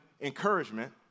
encouragement